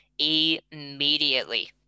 Immediately